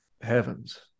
heavens